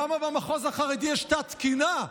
למה במחוז החרדי יש תת-תקינה?